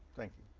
thank you.